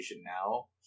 now